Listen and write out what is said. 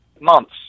months